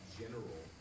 general